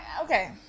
okay